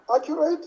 Accurate